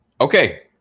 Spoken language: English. Okay